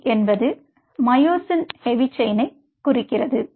C என்பது myosin heavy செயின்யைக் குறிக்கிறது